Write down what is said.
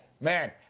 Man